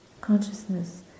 consciousness